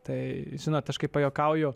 tai žinot aš kaip pajuokauju